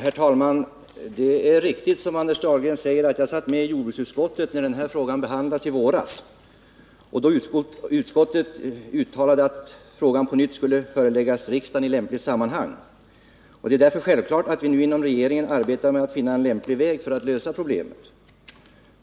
Her; talman! Det är riktigt som Anders Dahlgren säger att jag satt med i jordbruksutskottet när den här frågan behandlades i våras och då utskottet uttalade att frågan på nytt skulle föreläggas riksdagen i lämpligt sammanhang. Det är därför självklart att vi nu inom regeringen arbetar med att finna en lämplig väg för att lösa problemet.